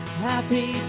happy